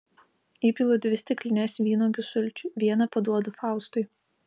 įpilu dvi stiklines vynuogių sulčių vieną paduodu faustui